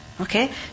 Okay